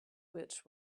which